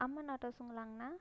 அம்மன் ஆட்டோஸ்சுங்களாங்ண்ணா